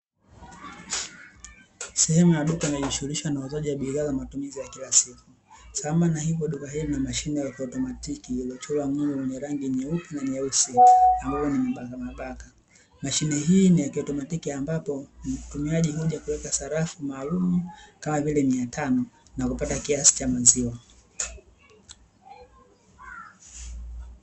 Sehemu ya duka linalojishughulisha na uuzaji wa bidhaa za matumizi ya kila siku, sambamba na hilo duka hilo lina mashine ya kiautomatiki iliyochorwa mlo wenye rangi nyeupe na nyeusi ambayo ni mabakamabaka. Mashine hii ni ya kiautomatiki, ambapo mtumiaji huja kuweka sarafu maalumu, kama vile mia tano na kupata kiasi cha maziwa.